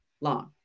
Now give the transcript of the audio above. long